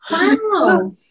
Wow